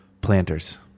Planters